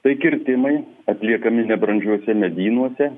tai kirtimai atliekami nebrandžiuose medynuose